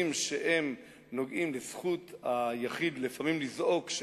שנוגעים לזכות היחיד לפעמים לזעוק,